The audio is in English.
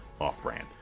Off-brand